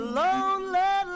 lonely